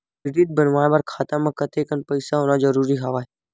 Credit बनवाय बर खाता म कतेकन पईसा होना जरूरी हवय?